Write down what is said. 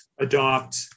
adopt